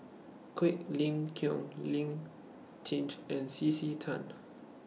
Quek Ling Kiong Lee Tjin and C C Tan